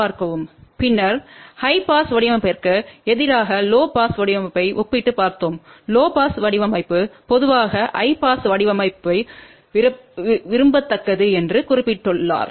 பின்னர் high pass வடிவமைப்பிற்கு எதிராக லோ பாஸ் வடிவமைப்பை ஒப்பிட்டுப் பார்த்தோம் லோ பாஸ் வடிவமைப்பு பொதுவாக ஹை பாஸ் வடிவமைப்பு விரும்பத்தக்கது என்று குறிப்பிட்டுள்ளார்